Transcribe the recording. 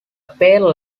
pale